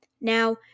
Now